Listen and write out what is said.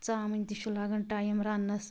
ژامٕنۍ تہِ چھُ لَگان ٹایم رَننَس